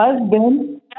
husband